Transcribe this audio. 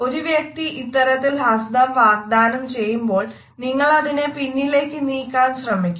ഒരു വ്യക്തി ഇത്തരത്തിൽ ഹസ്തം വാഗ്ദാനം ചെയ്യുമ്പോൾ നിങ്ങളതിനെ പിന്നിലേക്ക് നീക്കാൻ ശ്രമിക്കുന്നു